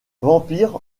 vampire